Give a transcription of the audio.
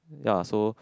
ya so